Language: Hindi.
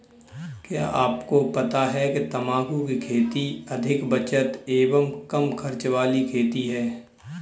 क्या आपको पता है तम्बाकू की खेती अधिक बचत एवं कम खर्च वाली खेती है?